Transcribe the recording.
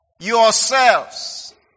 yourselves